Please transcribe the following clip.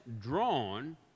drawn